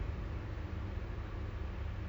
uh jurong point